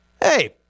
hey